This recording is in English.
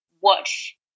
watch